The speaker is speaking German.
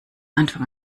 anfang